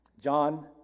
John